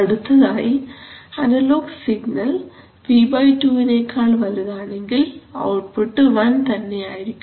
അടുത്തതായി analogue signal V2 നേക്കാൾ വലുതാണെങ്കിൽ ഔട്ട്പുട്ട് 1 തന്നെയായിരിക്കും